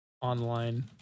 online